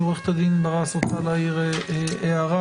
עו"ד ברס רוצה להעיר הערה.